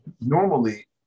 Normally